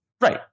Right